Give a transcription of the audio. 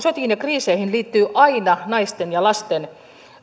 sotiin ja kriiseihin liittyy aina naisiin ja